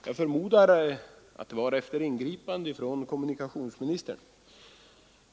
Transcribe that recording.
Jag förmodar att det var efter ingripande av kommunikationsministern.